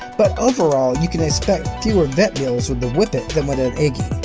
but overall, you can expect fewer vet bills with a whippet than with an iggy.